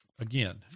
again